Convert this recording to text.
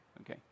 Okay